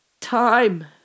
time